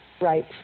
right